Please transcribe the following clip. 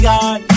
God